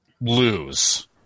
lose